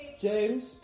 James